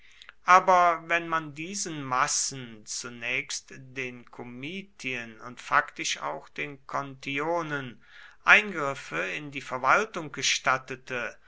aber wenn man diesen massen zunächst den komitien und faktisch auch den kontionen eingriffe in die verwaltung gestattete